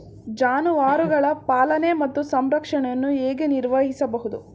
ಜಾನುವಾರುಗಳ ಪಾಲನೆ ಮತ್ತು ಸಂರಕ್ಷಣೆಯನ್ನು ಹೇಗೆ ನಿರ್ವಹಿಸಬಹುದು?